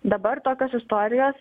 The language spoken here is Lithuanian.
dabar tokios istorijos